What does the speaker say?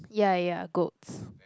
ya ya goats